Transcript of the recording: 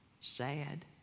sad